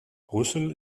brüssel